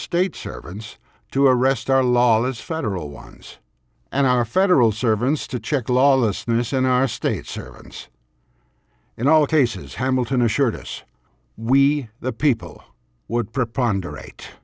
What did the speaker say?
state servants to arrest our lawless federal ones and our federal servants to check lawlessness in our state servants in all cases hamilton assured us we the people would preponder